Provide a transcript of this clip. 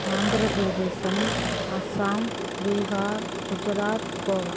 ஆந்திரப் பிரதேசம் அசாம் பீஹார் குஜராத் கோவா